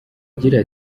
agira